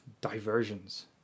Diversions